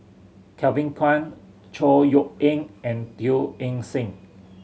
Kevin Kwan Chor Yeok Eng and Teo Eng Seng